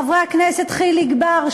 חברי הכנסת חיליק בר,